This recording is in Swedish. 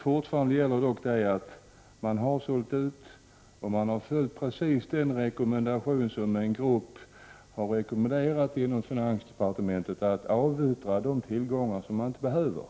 Fortfarande gäller dock att man vid utförsäljningen precis har följt det som en grupp inom finansdepartementet har rekommenderat, att avyttra de tillgångar som man inte behöver.